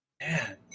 Man